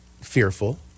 fearful